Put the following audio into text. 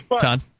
Todd